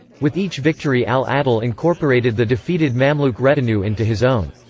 with each victory al-adil incorporated the defeated mamluk retinue into his own.